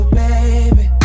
baby